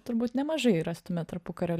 turbūt nemažai rastume tarpukario